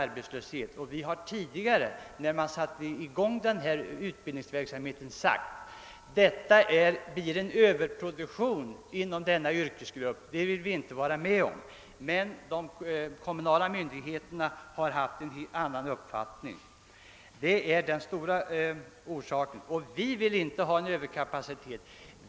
Redan när man satte i gång denna utbildningsverksamhet förklarade vi att den skulle leda till överproduktion inom denna yrkesgrupp, och det ville vi inte vara med om. De kommunala myndigheterna har emellertid haft en annan uppfattning. Detta är den stora orsaken till arbetslösheten. Vi vill inte ha någon överkapacitet.